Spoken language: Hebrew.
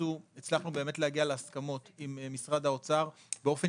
שנעשו הצלחנו באמת להגיע להסכמות עם משרד האוצר באופן